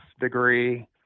degree